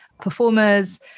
performers